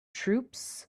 troops